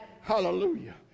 Hallelujah